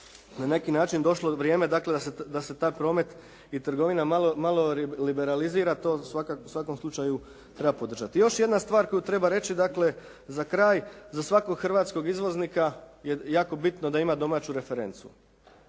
na neki način došlo vrijeme dakle da se taj promet i trgovina malo liberalizira, to u svakom slučaju treba podržati. Još jedna stvar koju treba reći, dakle za kraj, za svakog hrvatskog izvoznika je jako bitno da ima domaću referencu.